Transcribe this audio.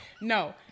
No